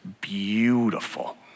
beautiful